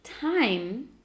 time